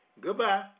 goodbye